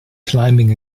climbing